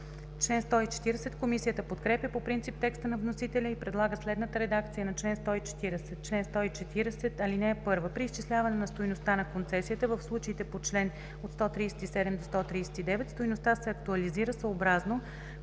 съответно.“ Комисията подкрепя по принцип текста на вносителя и предлага следната редакция на чл. 140: „Чл. 140. (1) При изчисляване на стойността на концесията в случаите по чл. 137 – 139 стойността се актуализира съобразно